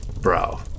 Bro